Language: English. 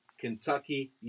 kentucky